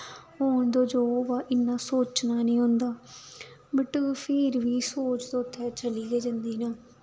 होन देओ जो होन इन्ना सोचना नी होंदा बट फिर बी सोच उत्थें चली गै जंदी ना